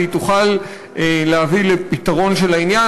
והיא תוכל להביא לפתרון של העניין.